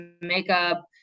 makeup